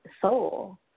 soul